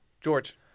George